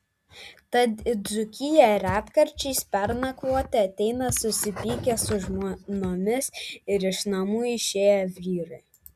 tad į dzūkiją retkarčiais pernakvoti ateina susipykę su žmonomis ir iš namų išėję vyrai